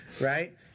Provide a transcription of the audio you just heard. right